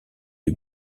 lui